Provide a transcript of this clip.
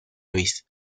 luis